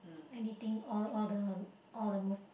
anything all all the all the move